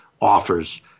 offers